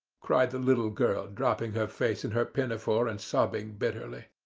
cried the little girl dropping her face in her pinafore and sobbing bitterly.